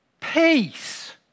Peace